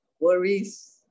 worries